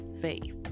Faith